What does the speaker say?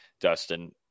Dustin